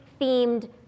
themed